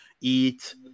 eat